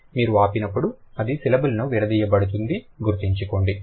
మీరు ఆపినపుడు అది సిలబుల్ ని విడదీయబడుతుంది గుర్తుంచుకోండి